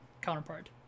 counterpart